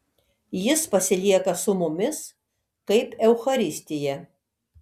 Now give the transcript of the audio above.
jis pasilieka su mumis kaip eucharistija